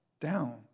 down